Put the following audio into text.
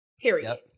period